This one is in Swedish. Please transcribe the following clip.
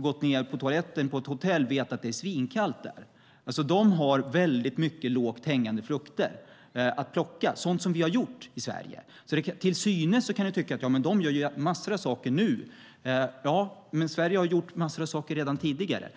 gått på toaletten på ett hotell i London vet att det är svinkallt där. De har många lågt hängande frukter att plocka. Det är sådant som vi har gjort i Sverige. Till synens kan det framstå som att de gör massor av saker nu, men Sverige har gjort massor av saker redan tidigare.